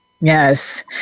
Yes